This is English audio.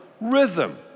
Rhythm